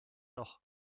noch